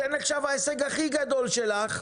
זה נחשב ההישג הכי גדול שלך,